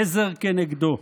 עזר כנגדו.